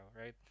right